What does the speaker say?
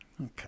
Okay